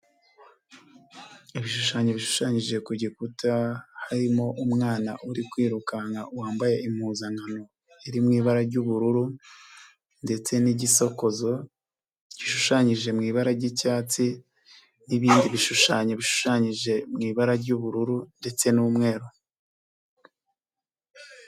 Ibishushanyo bishushanyije ku gikuta, harimo umwana uri kwirukanka wambaye impuzankano iri mu ibara ry'ubururu ndetse n'igisokozo, gishushanyije mu ibara ry'icyatsi, n'ibindi bishushanyo bishushanyije mu ibara ry'ubururu ndetse n'umweru.